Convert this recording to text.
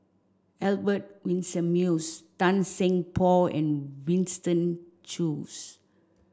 Albert Winsemius Tan Seng Poh and Winston Choos